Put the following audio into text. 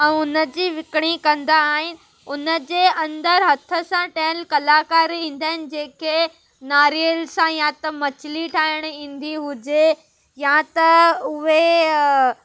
ऐं उन जी विकिणी कंदा आहिनि उन जे अंदरि हथ सां ठहियलु कलाकार ईंदा आहिनि जेके नारियल सां या त मछली ठाहिणु ईंदी हुजे या त उहे